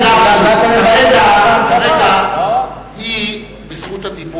חבר הכנסת גפני.